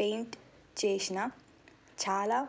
paint చేసిన చాలా